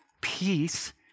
peace